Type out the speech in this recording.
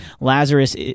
Lazarus –